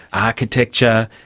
architecture,